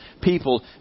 people